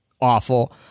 awful